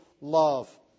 love